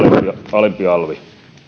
alempi alvi